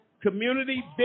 community